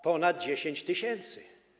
Ponad 10 tys.